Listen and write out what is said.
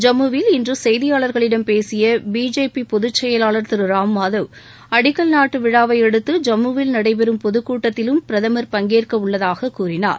ஜம்முவில் இன்று செய்தியாளர்களிடம் பேசிய பிஜேபி பொதுச்செயலாளர் திரு ராம் மாதவ் அடிக்கல் நாட்டு விழாவையடுத்து ஜம்முவில் நடைபெறும் பொதுக்கூட்டத்திலும் பிரதமர் பங்கேற்கவுள்ளதாக கூறினார்